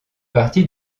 partie